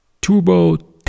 Turbo